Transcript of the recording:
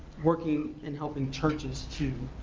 working and helping churches to